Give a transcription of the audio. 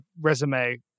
resume